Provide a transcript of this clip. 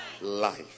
life